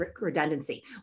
redundancy